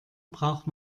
braucht